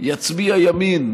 יצביע ימין,